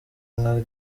nka